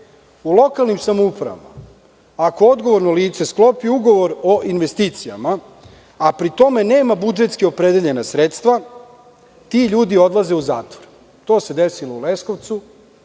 u lokalnim samoupravama ako odgovorno lice sklopi ugovor o investicijama, a pri tome nema budžetski opredeljena sredstva, ti ljudi odlaze u zatvor. To se desilo u Leskovcu